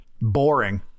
boring